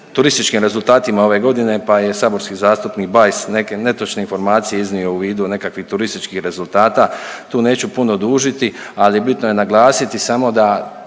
turističkim rezultatima ove godine, pa je saborski zastupnik Bajs neke netočne informacije iznio u vidu nekakvih turističkih rezultata, tu neću puno dužiti, ali bitno je naglasiti samo da